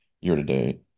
year-to-date